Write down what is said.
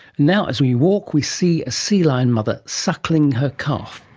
now as we walk we see a sea lion mother suckling her calf,